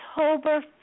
October